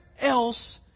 else